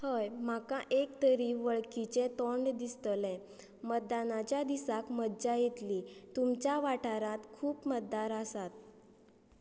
हय म्हाका एक तरी वळखीचें तोंड दिसतलें मतदानाच्या दिसाक मज्जा येतली तुमच्या वाठारांत खूब मतदार आसात